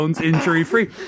injury-free